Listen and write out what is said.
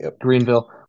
Greenville